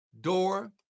door